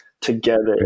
together